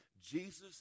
Jesus